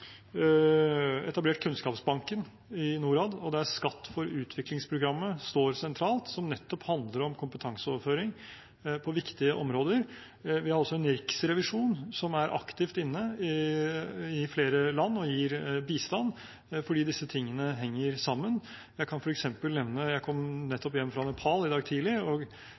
etablert Kunnskapsbanken i Norad, der «Skatt for utvikling»-programmet står sentralt, som nettopp handler om kompetanseoverføring på viktige områder. Vi har også en riksrevisjon som er aktivt inne i flere land og gir bistand, fordi disse tingene henger sammen. Jeg kan f.eks. nevne: Jeg kom nettopp hjem fra Nepal, i dag tidlig, og